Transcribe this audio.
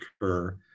occur